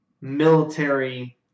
military